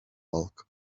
bulk